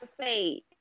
say